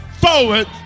forward